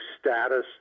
status